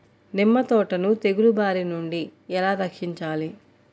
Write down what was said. నిమ్మ తోటను తెగులు బారి నుండి ఎలా రక్షించాలి?